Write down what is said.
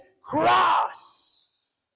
cross